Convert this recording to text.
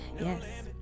Yes